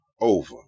over